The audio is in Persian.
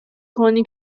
کنی